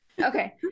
okay